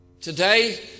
Today